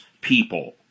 people